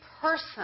person